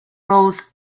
rows